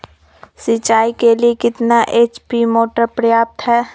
सिंचाई के लिए कितना एच.पी मोटर पर्याप्त है?